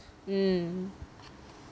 mm